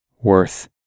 worth